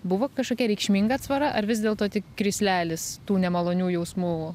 buvo kažkokia reikšminga atsvara ar vis dėlto tik krislelis tų nemalonių jausmų